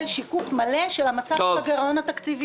שיקוף מלא של מצב הגירעון התקציבי.